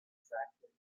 retracted